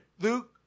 Luke